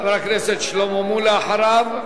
חבר הכנסת שלמה מולה אחריו,